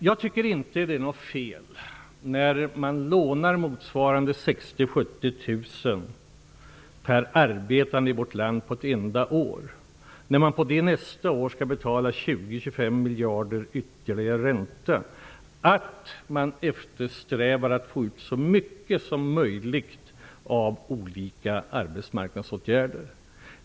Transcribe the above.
Jag tycker inte att det är något fel -- när man lånar motsvarande 60 000--70 000 per arbetande i vårt land på ett enda år och följande år skall betala 20-- 25 miljarder ytterligare i ränta på det -- att man eftersträvar att få ut så mycket som möjligt av olika arbetsmarknadsåtgärder.